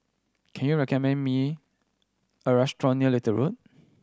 can you recommend me a restaurant near Little Road